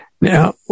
Now